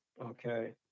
okay